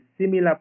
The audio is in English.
similar